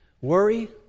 Worry